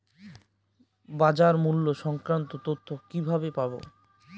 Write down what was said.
বাজার মূল্য সংক্রান্ত তথ্য কিভাবে পাবো?